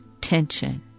tension